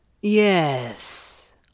Yes